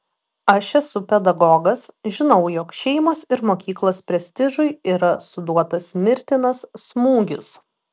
aš esu pedagogas žinau jog šeimos ir mokyklos prestižui yra suduotas mirtinas smūgis